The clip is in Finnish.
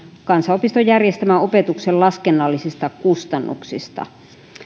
kansanopiston järjestämän opetuksen laskennallisista kustannuksista